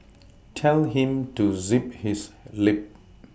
tell him to zip his lip